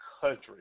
country